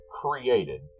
created